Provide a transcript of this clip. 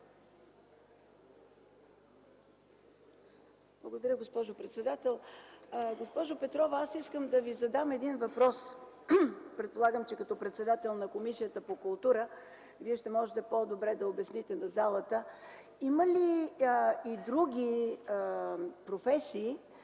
Благодаря, госпожо председател. Госпожо Петрова, искам да Ви задам въпрос. Предполагам, че като председател на Комисията по културата ще можете по-добре да обясните на залата следното. Има ли и други професии